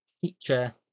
feature